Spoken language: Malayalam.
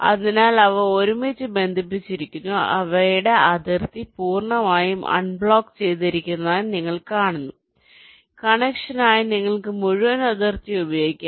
അതിനാൽ അവ ഒരുമിച്ച് ബന്ധിപ്പിച്ചിരിക്കുന്നു അവയുടെ അതിർത്തി പൂർണ്ണമായും അൺബ്ലോക്ക് ചെയ്തിരിക്കുന്നതായി നിങ്ങൾ കാണുന്നു കണക്ഷനായി നിങ്ങൾക്ക് മുഴുവൻ അതിർത്തിയും ഉപയോഗിക്കാം